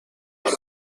بازی